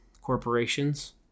Corporations